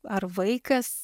ar vaikas